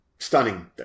Stunning